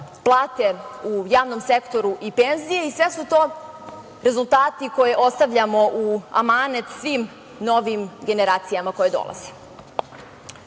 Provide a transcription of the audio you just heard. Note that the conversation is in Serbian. plate u javnom sektoru i penzije i sve su to rezultati koje ostavljamo u amanet svim novim generacijama koje dolaze.U